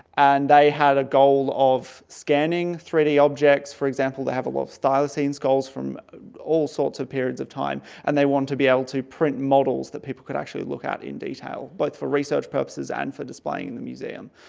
and they had a goal of scanning three d objects. for example they have a lot of thylacine skulls from all sorts of periods of time and they want to be able to print models that people can actually look at in detail, both for research purposes and for displaying in the museum.